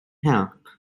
help